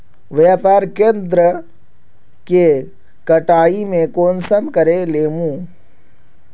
व्यापार केन्द्र के कटाई में कुंसम करे लेमु?